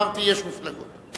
אמרתי: יש מפלגות.